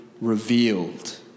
revealed